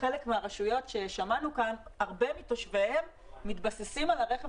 חלק מהרשויות ששמענו כאן הרבה מתושביהם מתבססים על הרכב